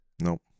Nope